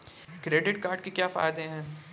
Credit card के क्या फायदे हैं?